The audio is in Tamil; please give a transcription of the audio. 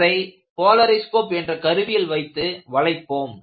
அதை போலரிஸ்கோப் என்ற கருவியில் வைத்து வளைப்போம்